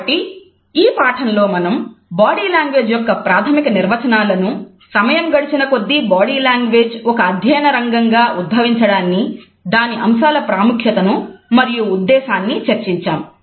కాబట్టి ఈ పాఠంలో మనం బాడీ లాంగ్వేజ్ యొక్క ప్రాథమిక నిర్వచనాలను సమయం గడచిన కొద్ది బాడీ లాంగ్వేజ్ ఒక అధ్యయన రంగంగా ఉద్భవించడాన్ని దాని అంశాల ప్రాముఖ్యతను మరియు ఉద్దేశాన్ని చర్చించాము